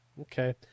Okay